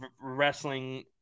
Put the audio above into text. wrestling